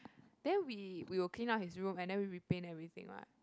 then we we will clean up his room and then we paint everything right